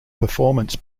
performance